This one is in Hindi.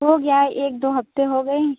हो गया एक दो हफ़्ते हो गए